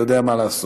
יודע מה לעשות.